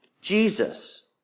Jesus